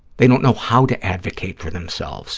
they don't know how to advocate for themselves